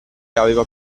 aveva